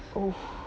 oh